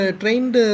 trained